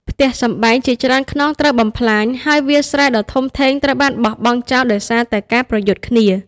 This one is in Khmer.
ផ្ទះសម្បែងជាច្រើនខ្នងត្រូវបំផ្លាញ ហើយវាលស្រែដ៏ធំធេងត្រូវបោះបង់ចោលដោយសារតែការប្រយុទ្ធគ្នា។